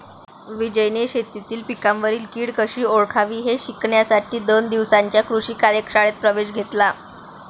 विजयने शेतीतील पिकांवरील कीड कशी ओळखावी हे शिकण्यासाठी दोन दिवसांच्या कृषी कार्यशाळेत प्रवेश घेतला